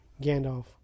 Gandalf